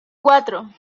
cuatro